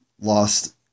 lost